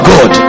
God